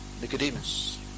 Nicodemus